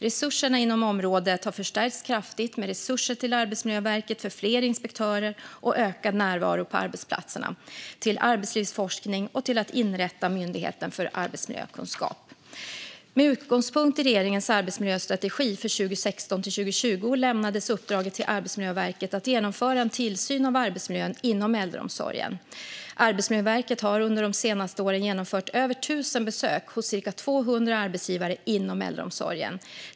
Resurserna inom området har förstärkts kraftigt med resurser till Arbetsmiljöverket för fler inspektörer och ökad närvaro på arbetsplatserna, till arbetslivsforskning och till att inrätta Myndigheten för arbetsmiljökunskap. Med utgångspunkt i regeringens arbetsmiljöstrategi för 2016-2020 lämnades uppdraget till Arbetsmiljöverket att genomföra en tillsyn av arbetsmiljön inom äldreomsorgen. Arbetsmiljöverket har under de senaste åren genomfört över 1 000 besök hos ca 200 arbetsgivare inom äldreomsorgen.